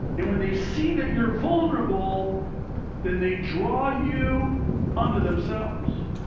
and when they see that you're vulnerable than they draw you unto themselves,